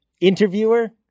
interviewer